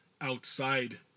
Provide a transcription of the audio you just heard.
outside